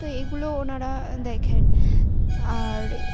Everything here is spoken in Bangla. তো এগুলো ওনারা দেখেন আর